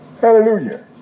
hallelujah